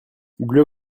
bleu